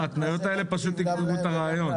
ההתניות האלה פשוט יקברו את הרעיון.